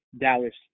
dallas